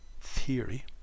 theory